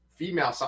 female